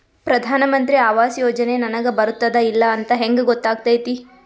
ಪ್ರಧಾನ ಮಂತ್ರಿ ಆವಾಸ್ ಯೋಜನೆ ನನಗ ಬರುತ್ತದ ಇಲ್ಲ ಅಂತ ಹೆಂಗ್ ಗೊತ್ತಾಗತೈತಿ?